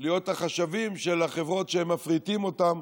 להיות החשבים של החברות שהם מפריטים אותן,